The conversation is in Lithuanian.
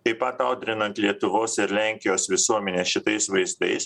taip pat audrinant lietuvos ir lenkijos visuomenę šitais vaizdais